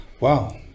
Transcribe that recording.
Wow